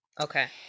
Okay